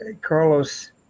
carlos